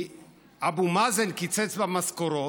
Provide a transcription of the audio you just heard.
אבו מאזן קיצץ במשכורות,